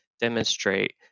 demonstrate